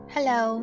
Hello